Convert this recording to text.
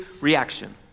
reaction